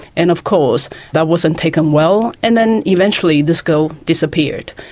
and of course that wasn't taken well, and then eventually this girl disappeared.